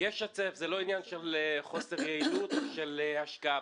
זה לא עניין של חוסר יעילות או של השקעה.